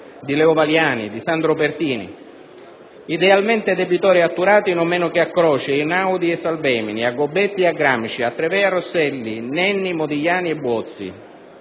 Leo Valiani, Sandro Pertini. Idealmente debitore a Turati, non meno che a Croce, Einaudi e Salvemini, a Gobetti e a Gramsci, a Treves e Rosselli, Nenni, Modigliani e Buozzi.